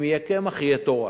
אם יהיה קמח תהיה תורה.